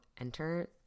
enter